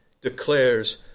declares